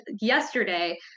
yesterday